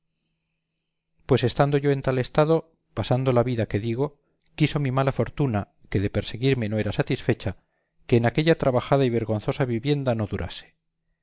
pues estando yo en tal estado pasando la vida que digo quiso mi mala fortuna que de perseguirme no era satisfecha que en aquella trabajada y vergonzosa vivienda no durase